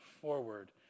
forward